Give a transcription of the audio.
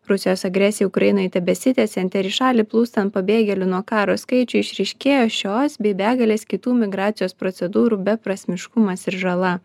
rusijos agresijai ukrainoj tebesitęsiant ir į šalį plūstant pabėgėlių nuo karo skaičiui išryškėjo šios bei begalės kitų migracijos procedūrų beprasmiškumas ir žala